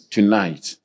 Tonight